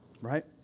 right